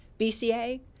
BCA